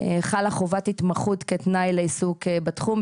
חלה חובת התמחות כתנאי לעיסוק בתחום.